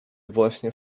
właśnie